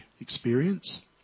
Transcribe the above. experience